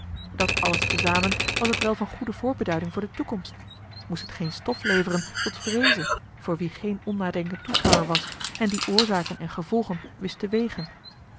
dat alles te zamen was het wel van goede voorbeduiding voor de toekomst moest het geen stof leveren tot vreeze voor wie geen onnadenkend toeschouwer was en die oorzaken en gevolgen wist te wegen